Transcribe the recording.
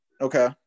Okay